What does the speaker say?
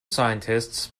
scientists